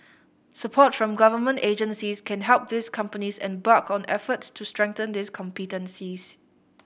support from government agencies can help these companies embark on efforts to strengthen these competencies